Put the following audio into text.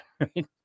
Right